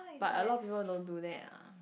but a lot of people don't do that ah